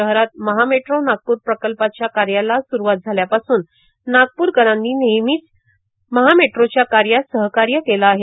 शहरात महा मेट्रो नागपूर प्रकल्पाच्या कार्याला सुरवात झाल्यापासुन नागपूरकरांनी नेहमीच महा मेट्रोच्या कार्यात सहकार्य केलं आहे